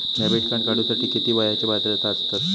Debit card काढूसाठी किती वयाची पात्रता असतात?